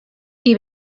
qui